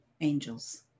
angels